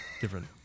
different